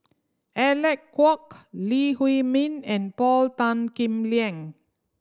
Alec Kuok Lee Huei Min and Paul Tan Kim Liang